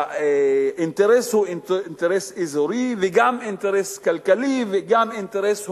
האינטרס הוא אינטרס אזורי וגם אינטרס כלכלי וגם אינטרס הומני.